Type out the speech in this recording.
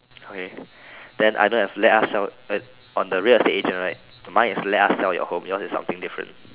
okay then I don't have let us sell on the real estate agent right mine is let us sell your home yours is something different